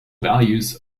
values